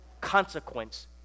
consequence